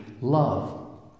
love